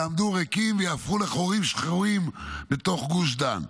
יעמדו ריקים ויהפכו לחורים שחורים בתוך גוש דן.